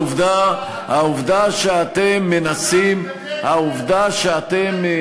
ואתה מגנה כשמפרסמים הודעות שמחה על ילדים?